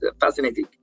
fascinating